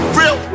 real